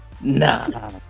nah